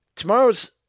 Tomorrow's